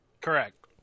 Correct